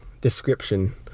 description